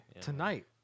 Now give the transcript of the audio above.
tonight